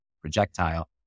projectile